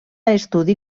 estudi